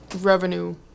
revenue